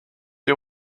you